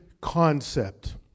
concept